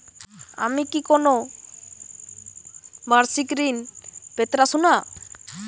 আমি কি কোন বাষিক ঋন পেতরাশুনা?